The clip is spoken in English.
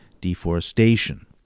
deforestation